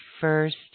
first –